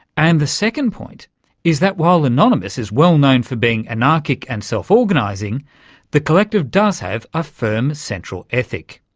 and the second point is that while anonymous is well known for being anarchic and self-organising, the collective does have a firm central ethic,